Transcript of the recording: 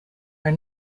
are